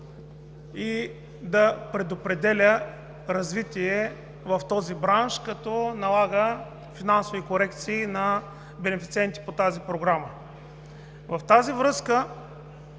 и да предопределя развитие в този бранш, като налага финансови корекции на бенефициенти по тази програма. В тази връзка